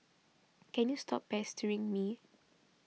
can you stop pestering me